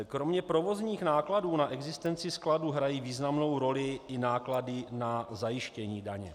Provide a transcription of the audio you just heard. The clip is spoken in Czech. Kromě provozních nákladů na existenci skladů hrají významnou roli i náklady na zajištění daně.